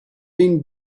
been